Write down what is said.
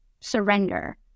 surrender